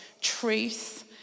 truth